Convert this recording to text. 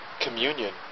Communion